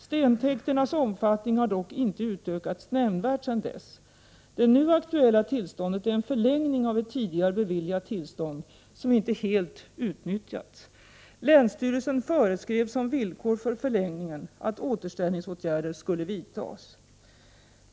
Stentäkternas omfattning har dock inte utökats nämnvärt sedan dess. Det nu aktuella tillståndet är en förlängning av ett tidigare beviljat tillstånd som inte helt utnyttjats. Länsstyrelsen föreskrev som villkor för förlängningen att återställningsåtgärder skulle vidtas.